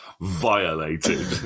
Violated